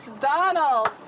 Donald